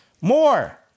More